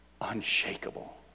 unshakable